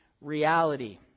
reality